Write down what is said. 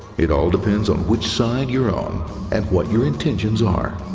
it all depends on which side you're on and what your intentions are.